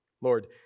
Lord